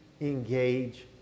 engage